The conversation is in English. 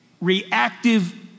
reactive